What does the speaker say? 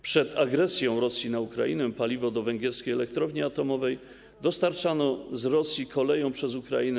Przed agresją Rosji na Ukrainę paliwo do węgierskiej elektrowni atomowej dostarczano z Rosji koleją przez Ukrainę.